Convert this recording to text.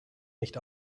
nicht